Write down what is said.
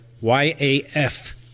y-a-f